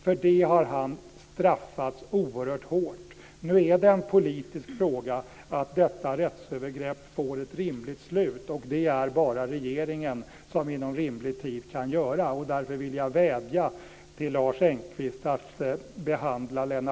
För det har han straffats oerhört hårt. Nu är det en politisk fråga att detta rättsövergrepp får ett rimligt slut. Det är bara regeringen som inom rimlig tid kan göra detta, och därmed vill jag vädja till Lars Engqvist att behandla